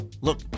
look